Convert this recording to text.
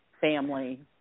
family